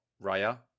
Raya